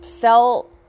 felt